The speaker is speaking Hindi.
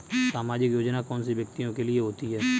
सामाजिक योजना कौन से व्यक्तियों के लिए होती है?